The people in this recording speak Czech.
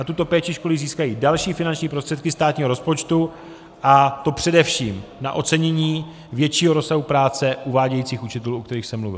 Na tuto péči školy získají další finanční prostředky státního rozpočtu, a to především na ocenění většího rozsahu práce uvádějících učitelů, o kterých jsem mluvil.